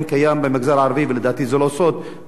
לא צריך לערוך מחקרים כדי לדעת.